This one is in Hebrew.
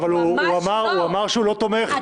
אבל הוא אמר שהוא לא תומך,